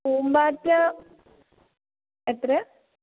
പൂമ്പാറ്റ എത്രയാ